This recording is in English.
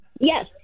Yes